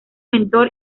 mentor